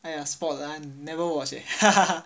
!aiya! sports ah never watch eh